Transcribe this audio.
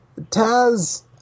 taz